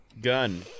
gun